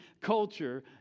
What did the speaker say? culture